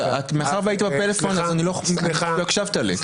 מאחר והיית עסוק עם הפלאפון, לא הקשבת לי.